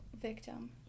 victim